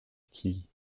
qui